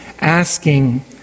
asking